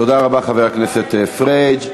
תודה רבה, חבר הכנסת פריג'.